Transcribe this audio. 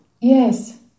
Yes